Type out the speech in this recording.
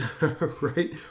Right